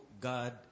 God